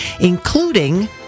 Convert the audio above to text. including